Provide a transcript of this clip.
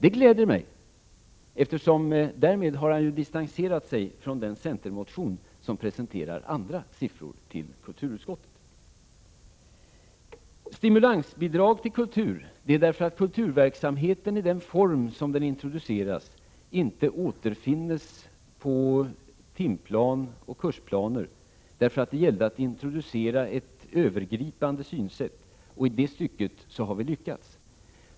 Det gläder mig, eftersom han därmed har distanserat sig från den centermotion som presenterar andra siffror för kulturutskottet. Stimulansbidraget till kulturen har tillkommit därför att kulturverksamheten, i den form som den introduceras, inte återfinns på timplaner och kursplaner, eftersom det gällde att introducera ett övergripande synsätt. I det stycket har vi lyckats.